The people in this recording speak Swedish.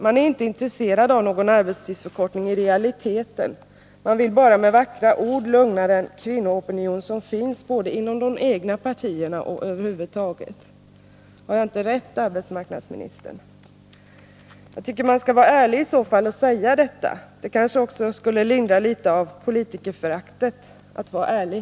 Man är inte intresserad av någon arbetstidsförkortning i realiteten — man vill bara med vackra ord lugna den kvinnoopinion som finns både inom de egna partierna och över huvud taget. Har jag inte rätt, arbetsmarknadsministern? Jag tycker att man i så fall skulle vara ärlig och säga det. Det kanske också skulle lindra litet av politikerföraktet — att vara ärlig.